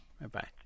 Bye-bye